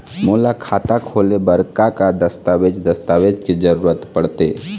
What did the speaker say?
मोला खाता खोले बर का का दस्तावेज दस्तावेज के जरूरत पढ़ते?